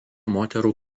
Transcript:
moterų